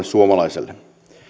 suomalaiselle